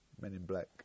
men-in-black